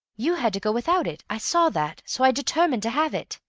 you had to go without it i saw that. so i determined to have it.